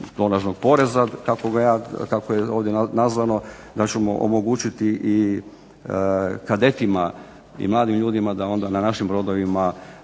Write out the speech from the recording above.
tonažnog poreza kako je ovdje nazvano da ćemo omogućiti i kadetima i mladim ljudima da onda na našim brodovima